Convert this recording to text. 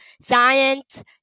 science